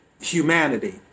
humanity